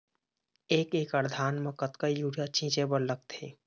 एक एकड़ धान म कतका यूरिया छींचे बर लगथे?